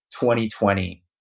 2020